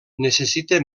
necessita